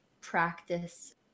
practice